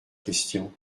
question